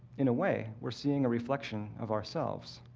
in a way, we're seeing a reflection of ourselves.